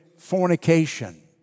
fornication